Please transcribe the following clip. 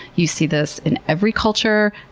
you see this in every culture.